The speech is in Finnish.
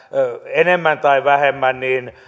enemmän tai vähemmän